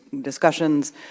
discussions